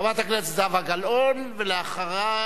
חברת הכנסת זהבה גלאון, ולאחריה,